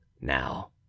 Now